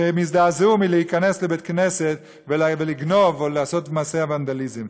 שהם יזדעזעו מלהיכנס לבית-כנסת ולגנוב או לעשות את מעשי הוונדליזם.